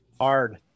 Hard